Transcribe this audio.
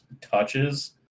touches